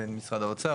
לבין משרד האוצר,